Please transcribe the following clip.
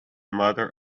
mother